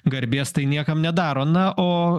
garbės tai niekam nedaro na o